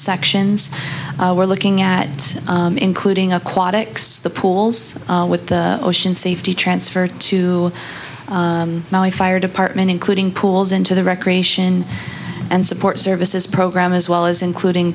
sections we're looking at including aquatics the pools with the ocean safety transferred to the fire department including pools into the recreation and support services program as well as including